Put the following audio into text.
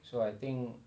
so I think